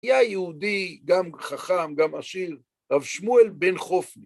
היה יהודי גם חכם, גם עשיר, רב שמואל בן חופני.